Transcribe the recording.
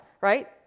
right